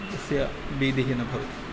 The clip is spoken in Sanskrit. तस्य भीतिः न भवति